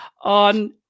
on